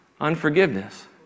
Unforgiveness